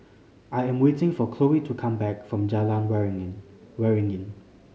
I am waiting for Khloe to come back from Jalan Waringin Waringin